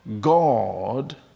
God